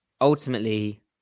ultimately